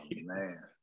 man